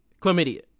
chlamydia